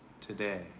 today